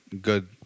good